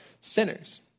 sinners